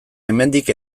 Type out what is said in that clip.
hemendik